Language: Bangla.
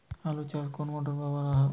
আলু চাষে কোন মোটর ব্যবহার করব?